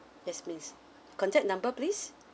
yes miss contact number please